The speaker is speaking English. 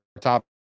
top